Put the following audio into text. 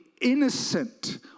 innocent